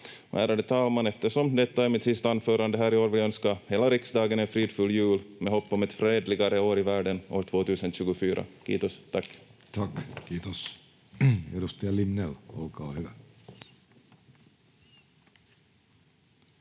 Ärade talman! Eftersom detta är mitt sista anförande här i år vill jag önska hela riksdagen en fridfull jul med hopp om ett fredligare år i världen år 2024. — Kiitos, tack. [Speech 79] Speaker: Jussi Halla-aho